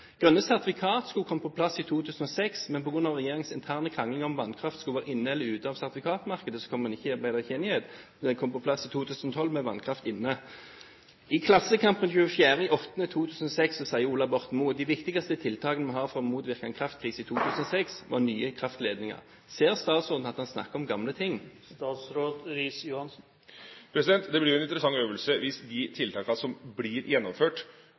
Grønne sertifikater skulle komme på plass i 2006, men på grunn av regjeringens interne krangling om vannkraft skulle være inne eller ute av sertifikatmarkedet, ble det ikke enighet. Nå kommer det på plass i 2012 med vannkraft inne. I Klassekampen 24. august 2006 sa Ola Borten Moe at de viktigste tiltakene vi har for å motvirke en kraftkrise i 2006 er nye kraftledninger. Ser statsråden at han snakker om gamle ting? Det blir jo en interessant øvelse hvis de tiltakene som